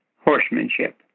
Horsemanship